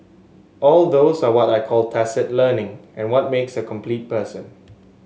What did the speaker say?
all those are what I call tacit learning and what makes a complete person